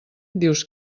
dius